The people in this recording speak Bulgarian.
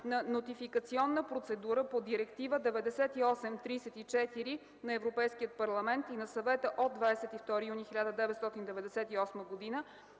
на нотификационна процедура по Директива 98/34/ЕО на Европейския парламент и на Съвета от 22 юни 1998 г.,